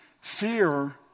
Fear